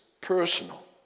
personal